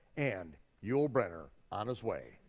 and yul brynner on his way